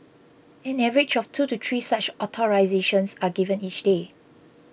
an average of two to three such authorisations are given each day